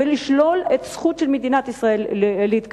ולשלול את הזכות של מדינת ישראל להתקיים,